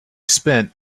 spent